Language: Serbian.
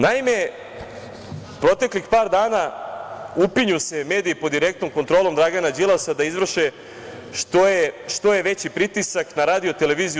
Naime, proteklih par dana upinju se mediji pod direktnom kontrolom Dragana Đilasa da izvrše što je veći pritisak na RTS.